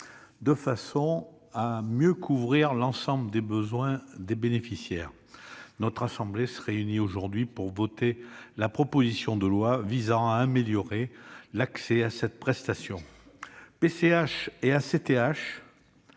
afin de mieux couvrir l'ensemble des besoins des bénéficiaires. Notre assemblée se réunit aujourd'hui pour voter la proposition de loi visant à améliorer l'accès à cette prestation. La PCH